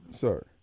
Sir